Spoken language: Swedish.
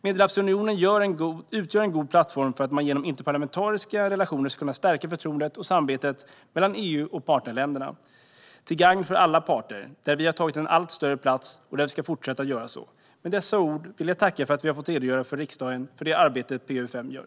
Medelhavsunionen utgör en god plattform för att man genom interparlamentariska relationer ska kunna stärka förtroendet och samarbetet mellan EU och partnerländerna, till gagn för alla parter. Vi har tagit en allt större plats där, och vi ska fortsätta att göra det. Med dessa ord vill jag tacka för att jag i riksdagen har fått redogöra för det arbete PA-UfM gör.